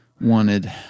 wanted